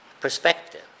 perspective